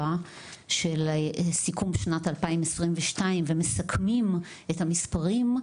של סיכום שנת 2022 ומסכמים את המספרים,